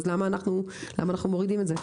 אז למה אנחנו מורידים את זה?